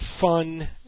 fun